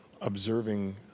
observing